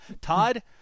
Todd